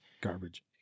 garbage